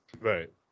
Right